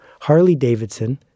Harley-Davidson